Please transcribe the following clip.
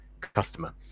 customer